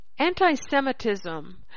anti-semitism